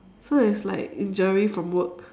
so there's like injury from work